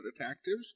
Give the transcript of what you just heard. Detectives